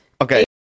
okay